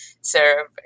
serve